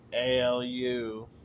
ALU